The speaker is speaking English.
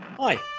Hi